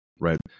right